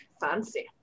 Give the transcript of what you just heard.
Fancy